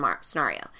scenario